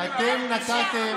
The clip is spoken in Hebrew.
אם נתתם